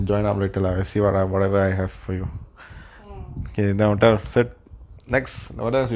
mm